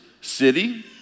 city